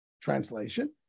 translation